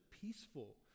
peaceful